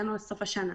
הגענו לסוף השנה.